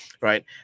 right